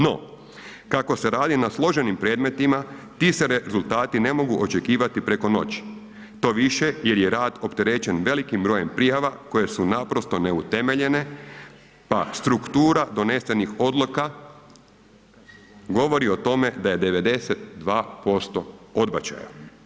No, kako se radi na složenim predmetima ti se rezultati ne mogu očekivati preko noći, to više jer je rad opterećen velik brojem prijava koje su naprosto neutemeljene pa struktura donesenih odluka govori o tome da je 92% odbačaja.